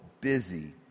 busy